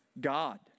God